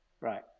right